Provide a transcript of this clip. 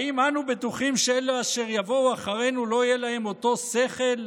האם אנו בטוחים שאלה אשר יבואו אחרינו לא יהיה להם אותו שכל?